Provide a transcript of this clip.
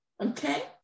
okay